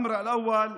בנוגע לעניין הראשון,